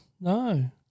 no